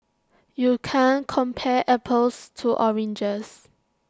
you can't compare apples to oranges